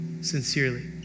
Sincerely